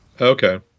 Okay